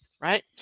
right